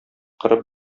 кырып